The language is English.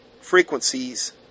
frequencies